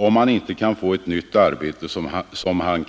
Om han inte kan få ett nytt arbete som han